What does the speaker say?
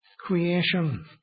Creation